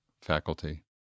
faculty